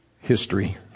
history